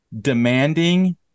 demanding